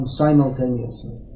simultaneously